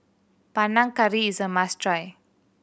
Panang Curry is a must try